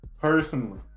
personally